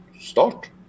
start